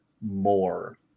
more